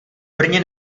brně